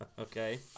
Okay